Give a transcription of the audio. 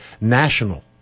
national